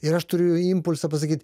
ir aš turiu impulsą pasakyt